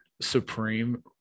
supreme